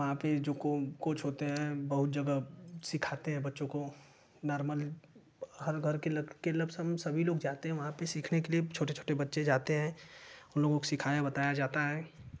वहाँ पर जो कोच होते है बहुत जगह सिखाते हैं बच्चों को नरमल हर घर की सभी लोग जाते है वहाँ सीखने के लिए छोटे छोटे बच्चे जाते हैं उन लोगों को सिखाया बताया जाता है